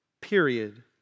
period